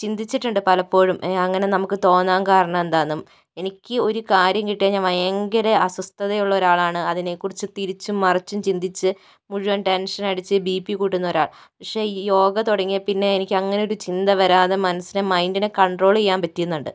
ചിന്തിച്ചിട്ടുണ്ട് പലപ്പോഴും അങ്ങനെ നമുക്ക് തോന്നാൻ കാരണമെന്താന്ന് എനിക്ക് ഒരു കാര്യം കിട്ടിയാൽ ഞാൻ ഭയങ്കര അസ്വസ്ഥത ഉള്ള ഒരാളാണ് അതിനെ കുറിച്ച് തിരിച്ചും മറിച്ചും ചിന്തിച്ച് മുഴുവൻ ടെൻഷനടിച്ച് ബി പി കൂട്ടുന്നൊരാൾ പക്ഷേ യോഗ തുടങ്ങിയതിൽ പിന്നെ എനിക്ക് അങ്ങനൊരു ചിന്ത വരാതെ മനസ്സിനെ മൈൻഡിനെ കണ്ട്രോളെയ്യാൻ പറ്റുന്നുണ്ട്